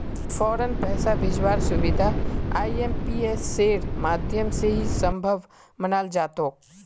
फौरन पैसा भेजवार सुबिधा आईएमपीएसेर माध्यम से ही सम्भब मनाल जातोक